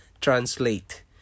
Translate